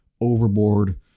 overboard